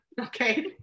Okay